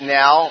now